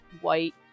white